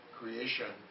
creation